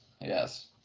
Yes